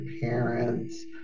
parents